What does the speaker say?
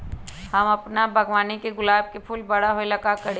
हम अपना बागवानी के गुलाब के फूल बारा होय ला का करी?